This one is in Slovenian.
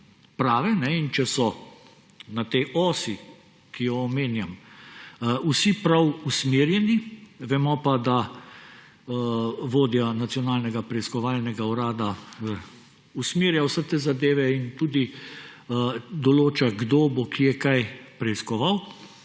prave in če so na tej osi, ki jo omenjam, vsi prav usmerjeni − vemo pa, da vodja Nacionalnega preiskovalnega urada usmerja vse te zadeve in tudi določa, kdo bo kje kaj preiskoval